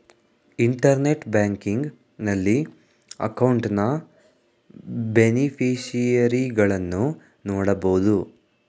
internet banking ನಲ್ಲಿ ಅಕೌಂಟ್ನ ಬೇನಿಫಿಷರಿಗಳನ್ನು ನೋಡಬೋದು